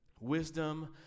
Wisdom